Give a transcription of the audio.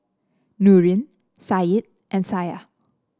Nurin Said and Syah